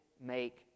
make